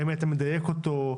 האם היית מדייק אותה?